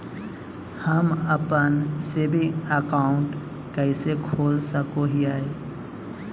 हम अप्पन saving account कइसे खोल सको हियै?